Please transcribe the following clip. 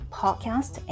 podcast